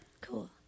Cool